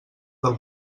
del